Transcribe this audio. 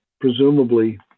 presumably